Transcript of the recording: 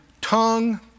tongue